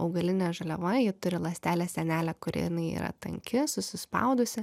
augalinė žaliava ji turi ląstelės sienelę kur jinai yra tanki susispaudusi